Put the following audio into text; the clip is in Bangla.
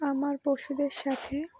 আমার পশুদের সাথে